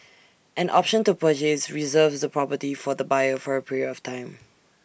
an option to purchase reserves the property for the buyer for A period of time